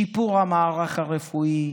שיפור המערך הרפואי,